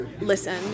listen